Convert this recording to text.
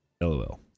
LOL